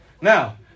now